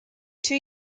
two